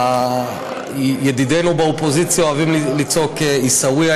ידידינו באופוזיציה אוהבים לצעוק: עיסאוויה,